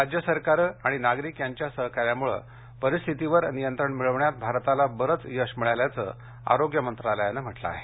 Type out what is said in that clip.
राज्य सरकारं आणि नागरिक यांच्या सहकार्यामुळे परिस्थितीवर नियंत्रण मिळवण्यात भारताला बरंच यश मिळाल्याचं आरोग्य मंत्रालयानं म्हटलं आहे